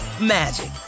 magic